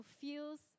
feels